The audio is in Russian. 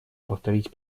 повторить